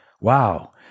wow